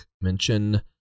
mention